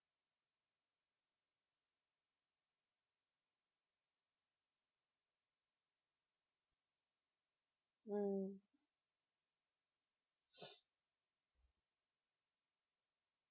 mm